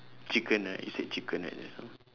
chicken right you said chicken right just now